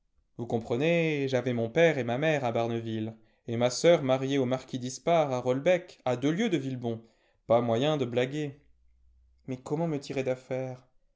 vous comprenez j'avais mon père et ma mère à barneville et ma sœur mariée au marquis d'yspare à rollebec à deux lieues de villebon pas moyen de blaguer mais comment me tirer d'anaire